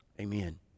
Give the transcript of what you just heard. Amen